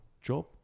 job